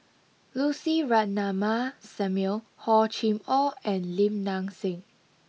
Lucy Ratnammah Samuel Hor Chim Or and Lim Nang Seng